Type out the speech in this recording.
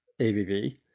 ABV